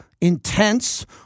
intense